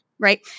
Right